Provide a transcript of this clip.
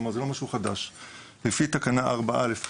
לפי תקנה 4א,